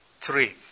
three